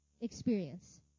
experience